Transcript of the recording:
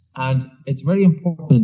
and it's very important